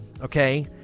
okay